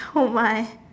oh my